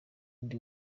ndi